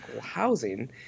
housing